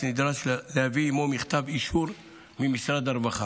נדרש להביא עימו מכתב אישור ממשרד הרווחה,